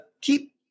keep